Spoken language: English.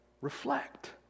reflect